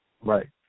Right